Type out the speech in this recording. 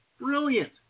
brilliant